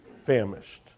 famished